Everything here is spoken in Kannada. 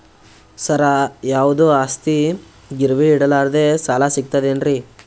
ಸರ, ಯಾವುದು ಆಸ್ತಿ ಗಿರವಿ ಇಡಲಾರದೆ ಸಾಲಾ ಸಿಗ್ತದೇನ್ರಿ?